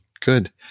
good